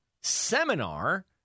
seminar